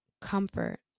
comfort